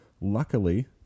luckily